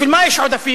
בשביל מה יש עודפים,